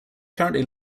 currently